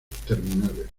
terminales